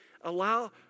allow